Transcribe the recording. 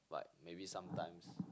but maybe sometimes